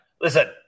listen